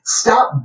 stop